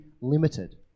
limited